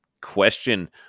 question